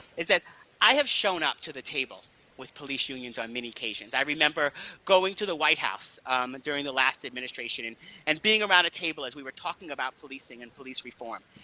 is that i have shown up to the table with police unions on many occasions. i remember going to the white house during the last administration and and being around a table as we were talking about policing and police reform.